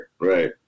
right